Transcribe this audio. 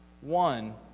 one